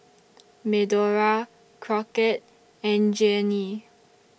Medora Crockett and Jeanie